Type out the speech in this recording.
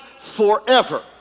forever